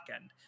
end